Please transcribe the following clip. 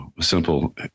Simple